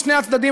משני הצדדים,